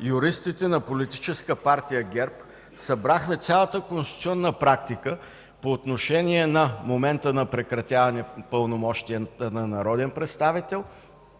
юристите на Политическа партия ГЕРБ събрахме цялата конституционна практика по отношение на момента на прекратяване пълномощията на народен представител